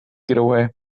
getaway